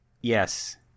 Yes